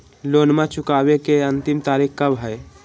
लोनमा चुकबे के अंतिम तारीख कब हय?